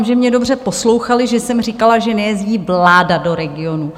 Doufám, že mě dobře poslouchali, že jsem říkala, že nejezdí vláda do regionů.